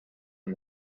and